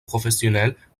professionnelles